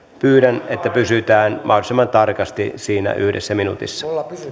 pyydän että pysytään mahdollisimman tarkasti siinä yhdessä minuutissa